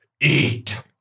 eat